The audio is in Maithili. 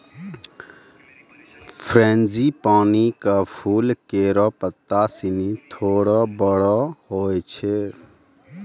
फ़्रेंजीपानी क फूल केरो पत्ता सिनी थोरो बड़ो होय छै